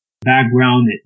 background